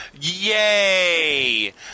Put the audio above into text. yay